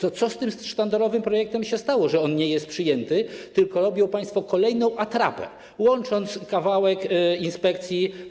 To co z tym sztandarowym projektem się stało, że on nie jest przyjęty, tylko robią państwo kolejną atrapę, łącząc kawałek inspekcji?